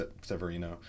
Severino